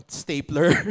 stapler